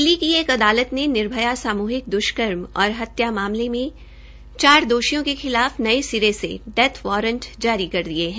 दिल्ली की एक अदालत ने निर्भया सामूहिक दुष्कर्म और हत्या मामले में चार दोषियों के खिलाफ नये सिरे से डेथ वारंट जारी कर दिये है